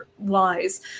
lies